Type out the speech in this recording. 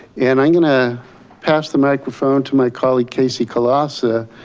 and i'm going to pass the microphone to my colleague, kasey kolassa,